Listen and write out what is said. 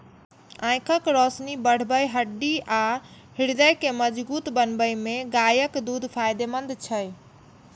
आंखिक रोशनी बढ़बै, हड्डी आ हृदय के मजगूत बनबै मे गायक दूध फायदेमंद छै